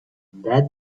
that